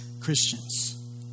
Christians